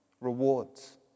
rewards